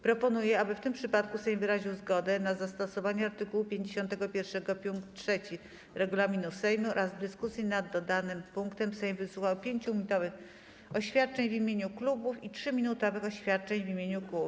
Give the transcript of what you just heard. Proponuję, aby w tym przypadku Sejm wyraził zgodę na zastosowanie art. 51 pkt 3 regulaminu Sejmu oraz w dyskusji nad dodanym punktem wysłuchał 5-minutowych oświadczeń w imieniu klubów i 3-minutowych oświadczeń w imieniu kół.